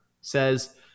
says